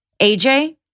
AJ